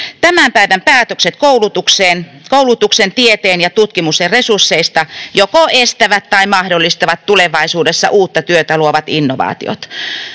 Tämän päivän päätökset koulutuksen, tieteen ja tutkimuksen resursseista joko estävät tai mahdollistavat tulevaisuudessa uutta työtä luovat innovaatiot.